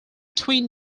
twin